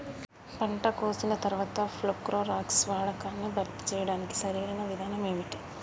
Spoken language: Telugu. పంట కోసిన తర్వాత ప్రోక్లోరాక్స్ వాడకాన్ని భర్తీ చేయడానికి సరియైన విధానం ఏమిటి?